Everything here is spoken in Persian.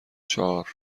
چهار